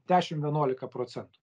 dešim vienuolika procentų